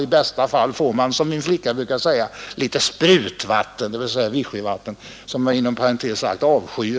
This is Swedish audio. I bästa fall får man, som min flicka brukar säga, litet ”sprutvatten”, dvs. vichyvatten — som jag inom parentes sagt avskyr.